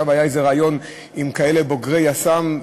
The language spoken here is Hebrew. היה שם ריאיון עם כאלה בוגרי יס"מ,